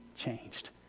changed